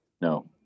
no